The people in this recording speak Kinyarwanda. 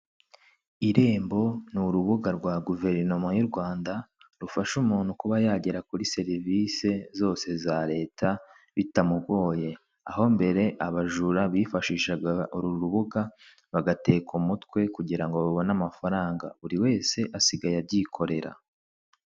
Irembo ni urubuga rwa guverinoma y'u Rwanda rufasha umuntu kuba yagera kuri serivisi zose za leta bitamugoye, aho mbere abajura bifashishaga uru rubuga bagateka umutwe kugira ngo babone amafaranga buri wese asigaye abyikorera.